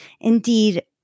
Indeed